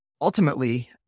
ultimately